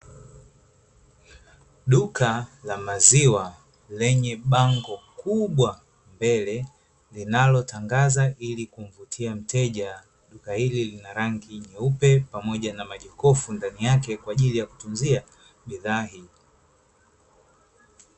Duka la maziwa lenye bango kubwa mbele linalo tangaza ili kumvutia mteja, duka hili lina rangi nyeupe pamoja na majokofu ndani yake kwa ajili ya kutunzia bidhaa hii.